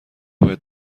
باید